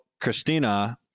Christina